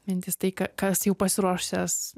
mintys tai ką kas jau pasiruošęs